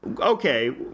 Okay